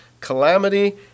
calamity